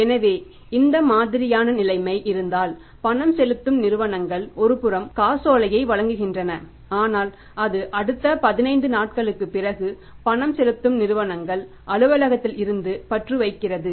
எனவே இந்த மாதிரியான நிலைமை இருந்தால் பணம் செலுத்தும் நிறுவனங்கள் ஒருபுறம் காசோலையை வழங்குகின்றன ஆனால் அது அடுத்த 15 நாட்களுக்குப் பிறகு பணம் செலுத்தும் நிறுவனங்கள் அலுவலகத்தில் இருந்து பற்று வைக்கப்படுகிறது